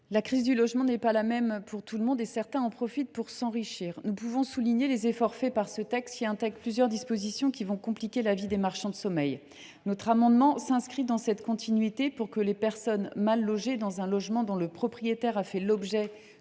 La crise du logement n’est pas la même pour tout le monde et certains en profitent pour s’enrichir. Nous pouvons souligner les efforts faits dans ce texte, qui intègre plusieurs dispositions qui vont compliquer la vie des marchands de sommeil. Notre amendement s’inscrit dans cette continuité, pour que les personnes mal logées dans un logement dont le propriétaire a fait l’objet